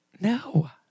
No